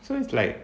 so it's like